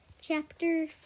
Chapter